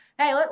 Hey